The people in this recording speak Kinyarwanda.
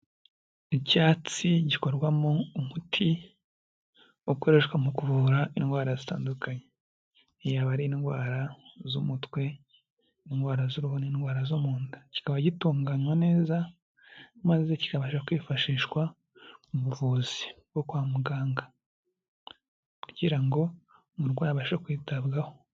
Icyatsi gikorwamo umuti, ukoreshwa mu kuvura indwara zitandukanye, yaba ari indwara z'umutwe, indwara z'uruhu n'indwara zo mu nda, kikaba gitunganywa neza maze kikabasha kwifashishwa muvuzi bwo kwa muganga, kugira ngo umurwayi abashe kwitabwaho.